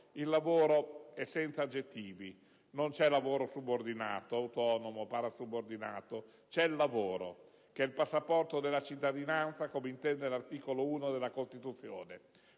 «Il lavoro è senza aggettivi, non c'è lavoro subordinato, autonomo, parasubordinato, c'è il lavoro che è il passaporto della cittadinanza, come intende l'articolo 1 della Costituzione.